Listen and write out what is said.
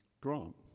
grant